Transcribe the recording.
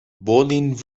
bolin